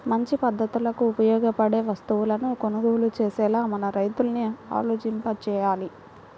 మంచి పద్ధతులకు ఉపయోగపడే వస్తువులను కొనుగోలు చేసేలా మన రైతుల్ని ఆలోచింపచెయ్యాలి